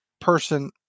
person